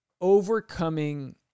overcoming